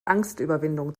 angstüberwindung